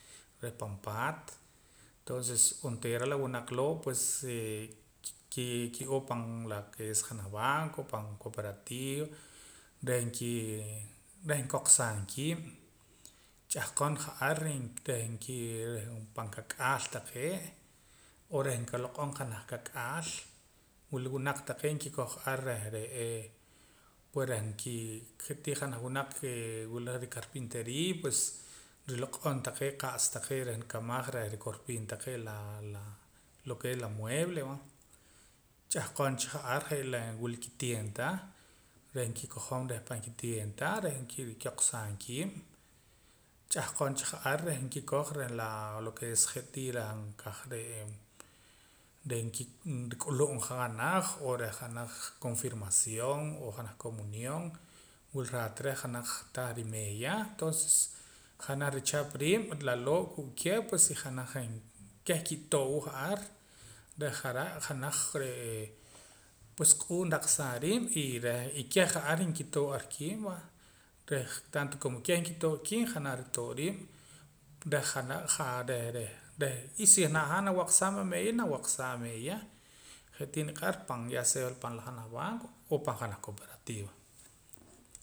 Reh pan paat tonses onteera la winaq loo' pues kii ki'oo pan lo ke es junaj banco pan cooperativa reh nkii reh nkoqsaa kiib' ch'ah qoon ka'ar reh nkii reh pan kak'aal taqee' o reh nkiloq'om janaj kak'aal wila winaq taqee' nikikoj ar reh re'ee reh nkii je'tii junaj winaq kee wila rii carpinteria pues riloq'om qa'sa taqee' reh rikamaj reh nrikor piim taqee' la la lo ke es la mueble va ch'ahqon cha ja'ar je' laa wila kiti'eenta reh nikijom pan kiti'eenta reh nqoqsaam kiib' ch'ahqon ja'ar nikikoj reh laa lo ke es je'tii nkaja re'ee reh nrik'ulumja janaj o reh janaj confirmación o janaj comunión wila raat reh janaj tah rimeeya toonses janaj richap riib' laloo' kuu' keh pues janaj keh ki'too' wa ja'ar reh ja're' janaj re'ee pues q'uun raqsaa riib' y reh keh ja'ar kitoo'ar kiib' va reh tanto komo keh nkitoo'ar kiib' janaj ritoo' ar riib' reh ja're' reh reh na y si najaam nawaqsaam a meeya y nawaqsaam ameeya je'tii niq'ar ya sea pan la janaj banco o pan janaj cooperativa